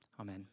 Amen